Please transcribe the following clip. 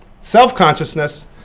self-consciousness